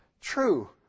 true